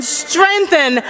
strengthen